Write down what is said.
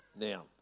now